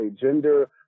gender